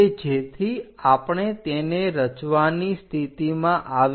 કે જેથી આપણે તેને રચવાની સ્થિતિમાં આવી